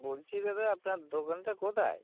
বলছি দাদা আপনার দোকানটা কোথায়